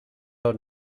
are